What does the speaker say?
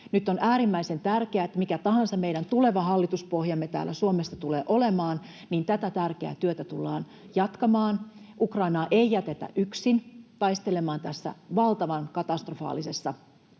Nyt on äärimmäisen tärkeää — mikä tahansa meidän tuleva hallituspohjamme täällä Suomessa tuleekaan olemaan — että tätä tärkeää työtä tullaan jatkamaan, Ukrainaa ei jätetä yksin taistelemaan tässä valtavan katastrofaalisessa tilanteessa